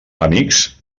amics